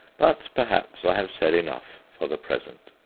but perhaps i have said enough for the present.